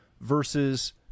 versus